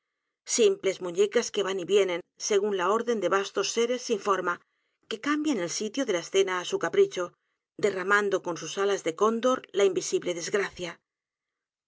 simples muñecas que van y vienen según la orden de vastos seres sin forma que cambian el sitio ligeia de la escena á su capricho derramando con sus alas de cóndor la invisible